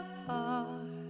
far